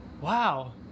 Wow